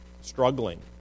struggling